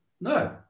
No